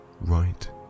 right